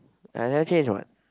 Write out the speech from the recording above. I never change what